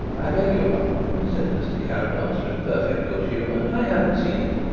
i beg your pardon, said mr. carrados, with perfect good-humour. i hadn't seen it.